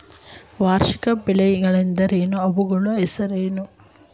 ವಾರ್ಷಿಕ ಬೆಳೆಗಳೆಂದರೇನು? ಅವುಗಳನ್ನು ಹೆಸರಿಸಿ?